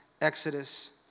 Exodus